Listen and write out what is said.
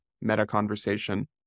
meta-conversation